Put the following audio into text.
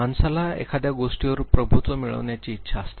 माणसाला एखाद्या गोष्टीवर प्रभुत्व मिळवण्याची इच्छा असते